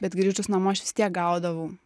bet grįžus namo aš vis tiek gaudavau